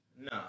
No